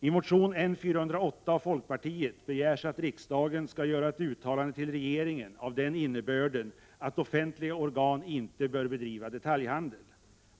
I motion N408 av folkpartiet begärs att riksdagen skall göra ett uttalande till regeringen av den innebörden att offentliga organ inte bör bedriva detaljhandel.